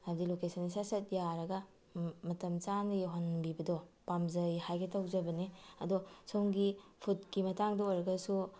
ꯍꯥꯏꯕꯗꯤ ꯂꯣꯀꯦꯁꯟꯁꯦ ꯁꯠ ꯁꯠ ꯌꯥꯔꯒ ꯃꯇꯝ ꯆꯥꯅ ꯌꯧꯍꯟꯕꯤꯕꯗꯣ ꯄꯥꯝꯖꯩ ꯍꯥꯏꯒꯦ ꯇꯧꯖꯕꯅꯤ ꯑꯗꯣ ꯁꯣꯝꯒꯤ ꯐꯨꯗꯀꯤ ꯃꯇꯥꯡꯗ ꯑꯣꯏꯔꯒꯁꯨ